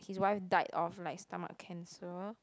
his wife died of like stomach cancer